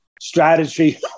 strategy